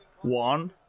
one